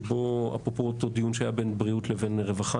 שבו אפרופו אותו דיון שהיה בין בריאות לבין רווחה,